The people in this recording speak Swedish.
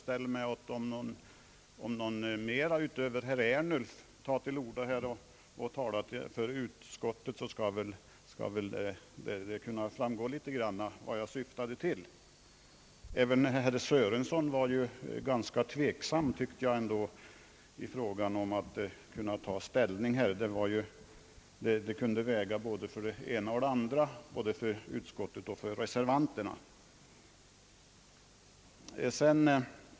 Om någon mera än herr Ernulf tar till orda och talar för utskottet, föreställer jag mig att det skall bli ytterligare belyst vad jag syftade till. Även herr Sörenson var ganska tveksam i fråga om att ta ställning. Det kunde väga över åt både det ena och det andra hållet, både för utskottet och för reservanterna.